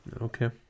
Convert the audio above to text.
Okay